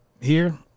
here-